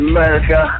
America